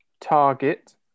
Target